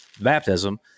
baptism